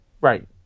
Right